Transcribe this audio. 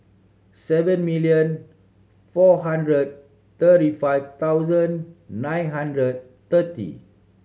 seven million four hundred thirty five thousand nine hundred thirty